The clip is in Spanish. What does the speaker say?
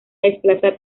desplaza